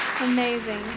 Amazing